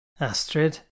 Astrid